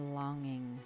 longing